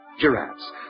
giraffes